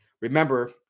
Remember